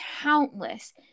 countless